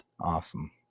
Awesome